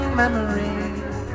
memories